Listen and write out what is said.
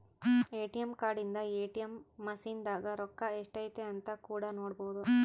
ATM card ಇಂದ ATM machine ದಾಗ ರೊಕ್ಕ ಎಷ್ಟೈತೆ ಅಂತ ಕೂಡ ನೊಡ್ಬೊದು